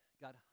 God